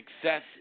success